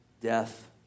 Death